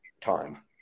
time